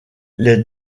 les